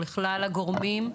לכלל הגורמים,